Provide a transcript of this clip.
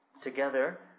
together